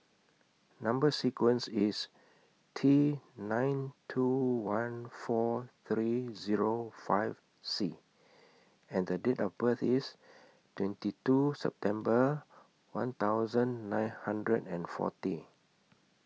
Number sequence IS T nine two one four three Zero five C and The Date of birth IS twenty two September one thousand nine hundred and forty